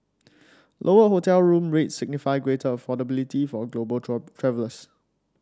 lower hotel room rates signify greater affordability for global travellers